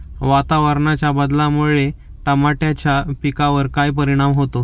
वातावरणाच्या बदलामुळे टमाट्याच्या पिकावर काय परिणाम होतो?